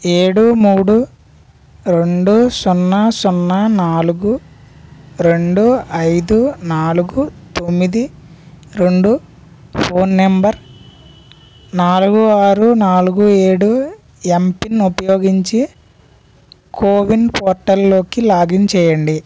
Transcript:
ఏడు మూడు రెండు సున్నా సున్నా నాలుగు రెండు ఐదు నాలుగు తొమ్మిది రెండు ఫోన్ నంబర్ నాలుగు ఆరు నాలుగు ఏడు ఎంపిన్ ఉపయోగించి కోవిన్ పోర్టల్లోకి లాగిన్ చేయండి